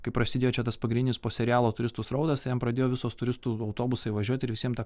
kai prasidėjo čia tas pagrindinis po serialo turistų srautas jam pradėjo visos turistų autobusai važiuoti ir visiems tą